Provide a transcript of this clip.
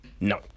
no